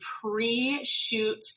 pre-shoot